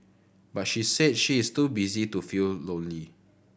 but she said she is too busy to feel lonely